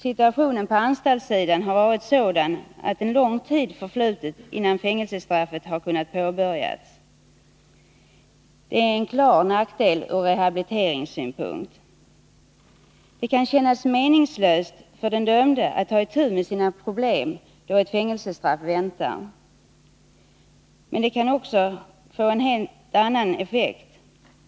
Situationen på anstaltssidan har varit sådan att lång tid har förflutit, innan fängelsestraffet har kunnat påbörjas. Det är en klar nackdel ur rehabiliteringssynpunkt. Det kan kännas meningslöst för den dömde att ta itu med sina problem, då ett fängelsestraff väntar. Men det kan också få en annan effekt.